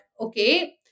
okay